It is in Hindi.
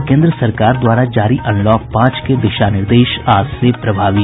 और केन्द्र सरकार द्वारा जारी अनलॉक पांच के दिशा निर्देश आज से प्रभावी